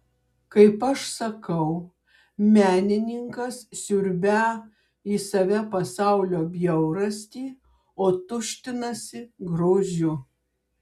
kaip aš sakau menininkas siurbią į save pasaulio bjaurastį o tuštinasi grožiu